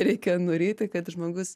reikia nuryti kad žmogus